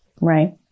Right